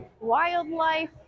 wildlife